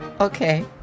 Okay